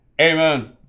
Amen